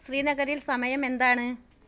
ശ്രീനഗറിൽ സമയം എന്താണ്